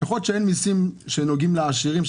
יכול להיות שאין מיסים שנוגעים לעשירים,